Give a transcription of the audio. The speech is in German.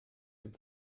dem